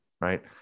Right